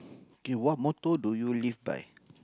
okay what motto do you live by